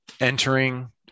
entering